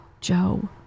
Joe